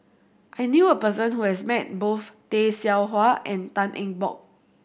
I knew a person who has met both Tay Seow Huah and Tan Eng Bock